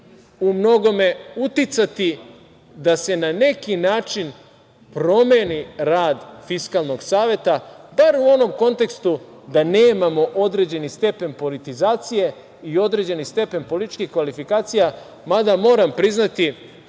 u mnogome uticati da se na neki način promeni rad Fiskalnog saveta, bar u onom kontekstu da nemamo određeni stepen politizacije i određeni stepen političkih kvalifikacija. Mada, moram priznati,